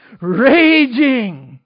raging